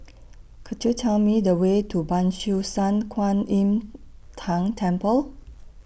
Could YOU Tell Me The Way to Ban Siew San Kuan Im Tng Temple